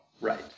Right